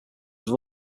have